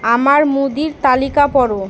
আমার মুদির তালিকা পড়ো